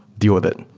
deal with it.